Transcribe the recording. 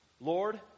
Lord